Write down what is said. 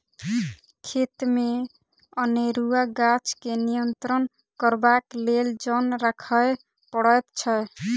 खेतमे अनेरूआ गाछ के नियंत्रण करबाक लेल जन राखय पड़ैत छै